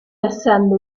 essendo